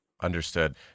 Understood